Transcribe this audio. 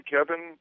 Kevin